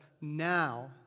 now